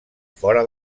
fora